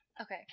okay